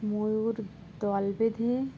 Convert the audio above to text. ময়ূর দল বেঁধে